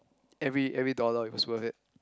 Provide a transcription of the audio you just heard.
every every dollar it was worth it